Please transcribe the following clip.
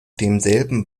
demselben